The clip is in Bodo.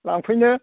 लांफैनो